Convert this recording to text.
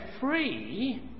free